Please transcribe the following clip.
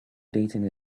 dating